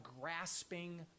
grasping